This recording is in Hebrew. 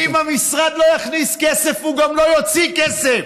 אם המשרד לא יכניס כסף, הוא גם לא יוציא כסף.